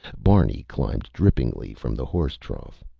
barney climbed drippingly from the horse trough.